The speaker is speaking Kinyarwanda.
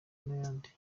n’ayandi